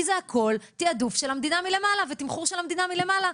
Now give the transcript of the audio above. כי זה הכול תעדוף של המדינה מלמעלה ותמחור של המדינה מלמעלה.